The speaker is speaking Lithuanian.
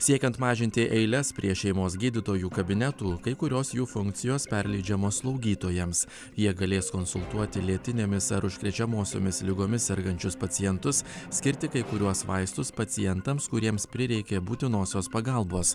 siekiant mažinti eiles prie šeimos gydytojų kabinetų kai kurios jų funkcijos perleidžiamos slaugytojams jie galės konsultuoti lėtinėmis ar užkrečiamosiomis ligomis sergančius pacientus skirti kai kuriuos vaistus pacientams kuriems prireikė būtinosios pagalbos